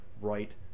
right